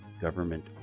government